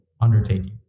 undertaking